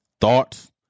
thoughts